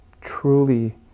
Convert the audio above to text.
truly